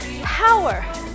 Power